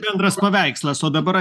bendras paveikslas o dabar